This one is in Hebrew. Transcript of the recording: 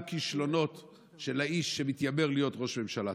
כישלונות של האיש שמתיימר להיות ראש ממשלה.